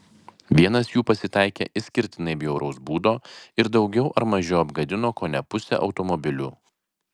vienas jų pasitaikė išskirtinai bjauraus būdo ir daugiau ar mažiau apgadino kone pusę automobilių